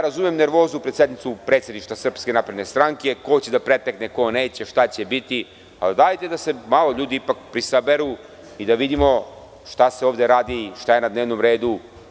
Razumem nervozu pred sednicu Predsedništva SNS, ko će da pretekne, ko neće, šta će biti, ali ajde da se malo ljudi ipak presaberu i da vidimo šta se ovde radi, šta je na dnevnom redu.